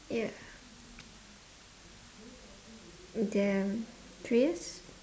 yeah three years